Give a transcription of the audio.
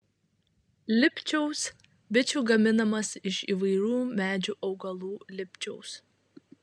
lipčiaus bičių gaminamas iš įvairių medžių augalų lipčiaus